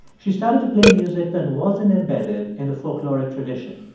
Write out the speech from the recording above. she started to play music that wasn't embedded in the folkloric tradition.